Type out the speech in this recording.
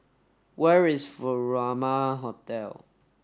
where is Furama Hotel